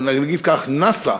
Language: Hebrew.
או נגיד כך: נאס"א